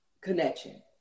connection